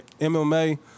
MMA